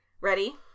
Ready